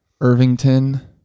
Irvington